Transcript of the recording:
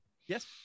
Yes